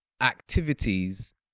activities